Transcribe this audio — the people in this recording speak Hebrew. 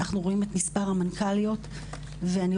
אנחנו רואים את מספר המנכ"ליות.